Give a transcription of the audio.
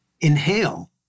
inhale